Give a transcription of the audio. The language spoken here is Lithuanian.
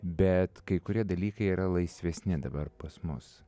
bet kai kurie dalykai yra laisvesni dabar pas mus